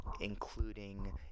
including